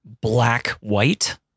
black-white